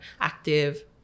active